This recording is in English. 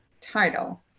title